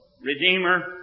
redeemer